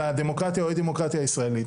הדמוקרטיה או אי הדמוקרטיה הישראלית.